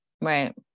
Right